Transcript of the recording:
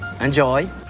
enjoy